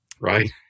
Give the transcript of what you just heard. Right